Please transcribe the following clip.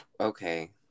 Okay